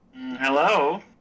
Hello